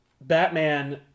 Batman